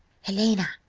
helena,